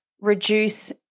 reduce